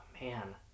man